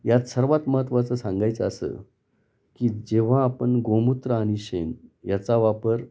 यात सर्वात महत्त्वाचं सांगायचं असं की जेव्हा आपण गोमूत्र आणि शेंग याचा वापर